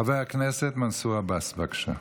חבר הכנסת מנסור עבאס, בבקשה.